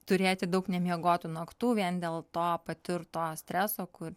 turėti daug nemiegotų naktų vien dėl to patirto streso kur